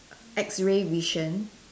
X ray vision